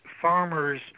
farmers